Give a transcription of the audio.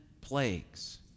plagues